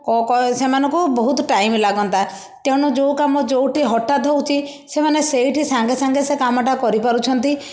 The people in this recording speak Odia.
କ କ ସେମାନକୁ ବହୁତ ଟାଇମ ଲାଗନ୍ତା ତେଣୁ ଯେଉଁ କାମ ଯେଉଁଠି ହଟାତ୍ ହେଉଛି ସେମାନେ ସେଇଠି ସାଙ୍ଗେ ସାଙ୍ଗେ ସେ କାମଟା କରିପାରୁଛନ୍ତି